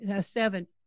seven